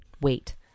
wait